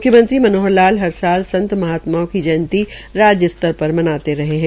मुख्यमंत्री मनोहर लाल हर संत महात्माओं की जयंती राज्य स्तर पर मनाये रहे है